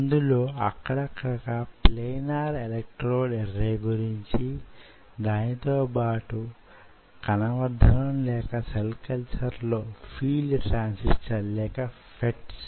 మీ దగ్గర యీ ఎదుగుదలను ప్రోత్సహించే కాంటిలివర్లు వున్నాయి అలాగే వాటి ఎదుగుదలను ప్రోతాహించని నేపథ్యం కూడా వున్నది